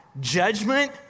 judgment